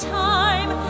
time